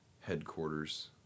headquarters